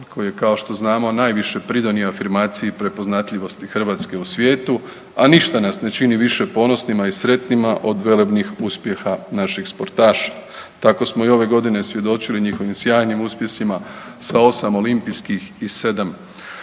koji je kao što znamo, najviše pridonio afirmaciji prepoznatljivosti Hrvatske u svijetu a ništa ne čini više ponosnima i sretnima od velebnih uspjeha naših sportaša. Tako smo i ove godine svjedočili njihovim sjajnim uspjesima sa 8 olimpijskih i 7